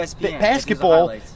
basketball